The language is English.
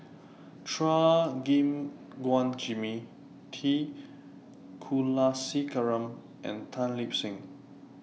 Chua Gim Guan Jimmy T Kulasekaram and Tan Lip Seng